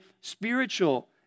spiritual